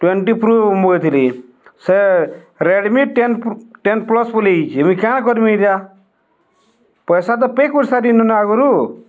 twenty pro ମଗେଇଥିଲେ ସେ Redmi ten ten plus ପଳେଇ ଆସିଛି ଯେମତି କ'ଣ କରିବି ଏଟା ପଇସା ତ ପେ କରିସାରିଛି ନା ଆଗରୁ